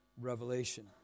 revelation